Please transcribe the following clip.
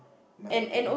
milo peng